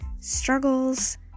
struggles